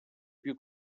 più